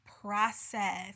process